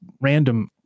random